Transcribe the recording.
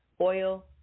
oil